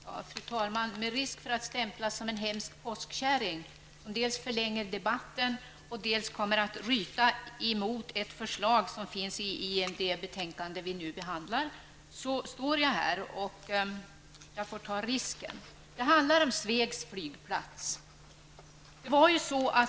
Fru talman! Jag står här med risk för att stämplas som en hemsk påskkäring, som dels förlänger debatten, dels kommer att ryta emot ett förslag i det betänkande vi nu behandlar. Jag får alltså ta den risken. Förslaget handlar om Svegs flygplats.